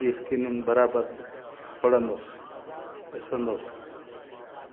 जी screening बराबरि पढ़ंदुसि ॾिसंदुसि